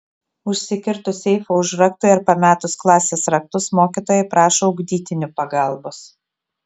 užsikirtus seifo užraktui ar pametus klasės raktus mokytojai prašo ugdytinių pagalbos